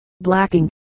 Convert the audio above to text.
blacking